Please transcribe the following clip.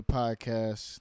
podcast